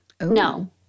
no